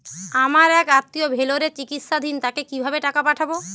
আমার এক আত্মীয় ভেলোরে চিকিৎসাধীন তাকে কি ভাবে টাকা পাঠাবো?